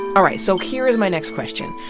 all right. so here's my next question.